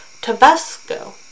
tabasco